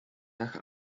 nach